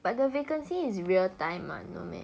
but the vacancy is real time mah no meh